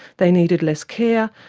they needed less care,